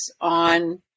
on